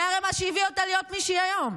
זה הרי מה שהביא אותה להיות מי שהיא היום.